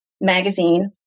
magazine